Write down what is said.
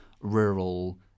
rural